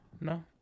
No